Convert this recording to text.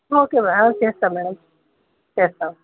okay madam అలాగే చేస్తాం madam చేస్తాం